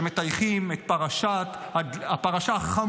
שמטייחים את הפרשה החמורה,